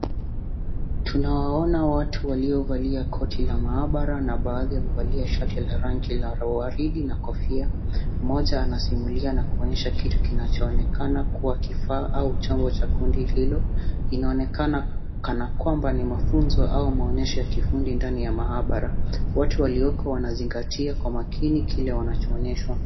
Tunawaona watu waliovalia koti la maabara na baadhi wamevalia shati la rangi waridi na kofia mmoja anasimulia na kuonyesha kitu kinachoonekana kuwa kifaa au chombo cha kundi hilo inaonekana kana kwamba ni mafunzo au maonyesho ya kiufundi ndani ya maabara. Watu walioko wanazingatia kwa makini kile wananchoonyeshwa.